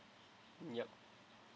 yup